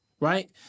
right